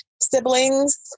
siblings